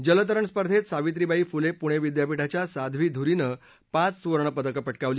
जलतरण स्पर्धेत सावित्रीबाई फुले पुणे विद्यापीठाच्या साध्वी धुरीनं पाच सुवर्णपदकं पटकावली